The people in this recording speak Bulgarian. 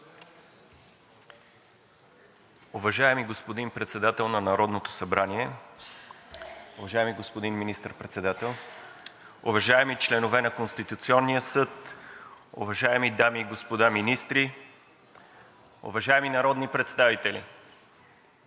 Уважаеми господин Председател на Народното събрание, уважаеми господин Служебен министър-председател, уважаеми членове на Конституционния съд, дами и господа служебни министри, уважаеми народни представители,